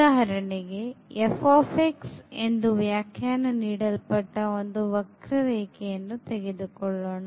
ಉದಾಹರಣೆಗೆf ಎಂದು ವ್ಯಾಖ್ಯಾನ ನೀಡಲ್ಪಟ್ಟ ಒಂದು ವಕ್ರರೇಖೆಯನ್ನು ತೆಗೆದುಕೊಳ್ಳೋಣ